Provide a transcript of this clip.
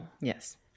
Yes